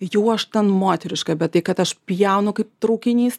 jau aš ten moteriška bet tai kad aš pjaunu kaip traukinys